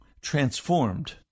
transformed